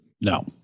No